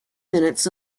minutes